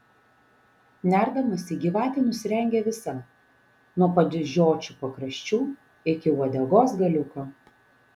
nerdamasi gyvatė nusirengia visa nuo pat žiočių pakraščių iki uodegos galiuko